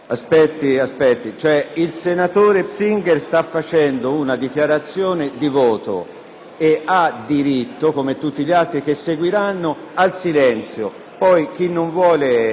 ed ha diritto, come tutti gli altri che seguiranno, al silenzio.